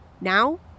Now